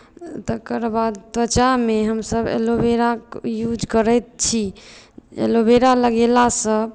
तकर बाद त्वचामे हमसभ एलोवेराक युज करैत छी एलोवेरा लगेलासँ